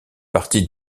partie